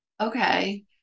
okay